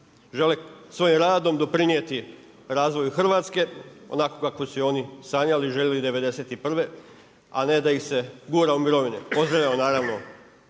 žele svojim radom doprinijeti razvoju Hrvatske onako kako su je oni sanjali, željeli '91. a ne da ih se gura u mirovine. Pozdravljam naravno